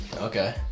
Okay